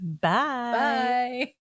bye